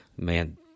man